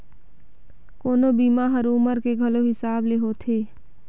कोनो बीमा हर उमर के घलो हिसाब ले होथे